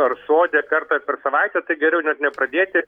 ar sode kartą per savaitę tai geriau nepradėti